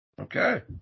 Okay